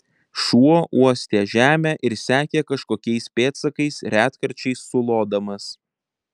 šuo uostė žemę ir sekė kažkokiais pėdsakais retkarčiais sulodamas